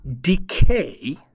decay